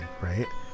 Right